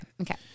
okay